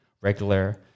regular